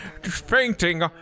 fainting